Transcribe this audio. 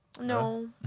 No